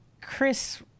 Chris